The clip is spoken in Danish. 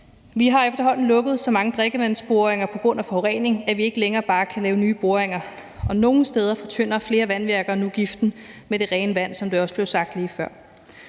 Vi har efterhånden lukket så mange drikkevandsboringer på grund af forurening, at vi ikke længere bare kan lave nye boringer, og nogle steder fortynder flere vandværker nu giften med det rene vand, som det også blev sagt lige før.